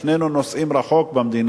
שנינו נוסעים רחוק במדינה.